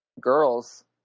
Girls